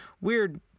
weird